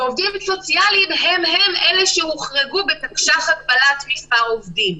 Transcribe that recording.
ועובדים סוציאליים הם אלה שהוחרגו בתקש"ח הגבלת מספר עובדים.